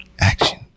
Action